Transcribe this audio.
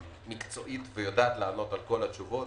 מקצועית ויודעת לענות את כל התשובות.